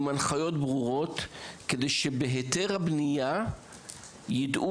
עם הנחיות ברורות, כדי שבהיתר הבנייה ידעו